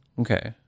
Okay